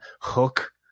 Hook